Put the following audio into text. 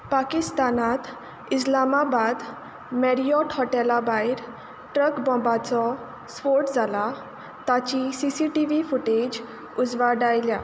पाकिस्तानांत Islamabad Marriott हॉटॅला भायर truck बॉम्बाचो स्फोट जाला ताची C C T V footage उजवाडायल्या